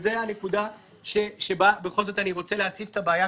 וזאת הנקודה שבה בכל זאת אני רוצה להציף את הבעיה,